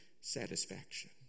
satisfaction